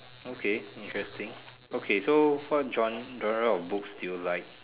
okay interesting okay so what genre genre of books do you like